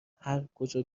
هرکجا